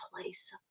place